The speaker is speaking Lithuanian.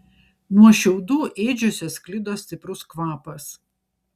nuo šiaudų ėdžiose sklido stiprus kvapas